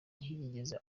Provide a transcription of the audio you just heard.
yigeze